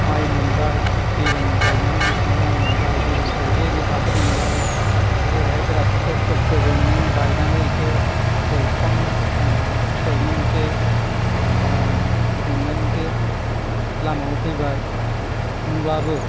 माइ मोनबाय दैज्लां बायनानै मेसेंआव माइ मोनबाय दैज्लांफ्राव एसे एनै फाथो मोनबाय ओमफ्राय ओरैहाय बेराफारसे कस्त'जों नोङो गायनानै एसे गय बिफांनि फिथाइनि मोनसे मोननायनि मोनसे लामायाव फैबाय होनब्लाबो